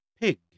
pig